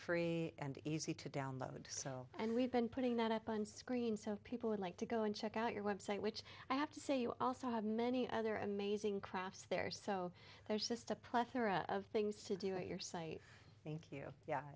free and easy to download so and we've been putting that up on screen so people would like to go and check out your website which i have to say you also have many other amazing crafts there so there's just a plethora of things to do it your site thank you yeah